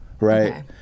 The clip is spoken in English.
right